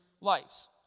lives